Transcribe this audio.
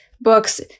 books